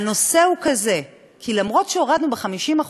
והנושא הוא כזה, כי אף-על-פי שהורדנו ב-50%,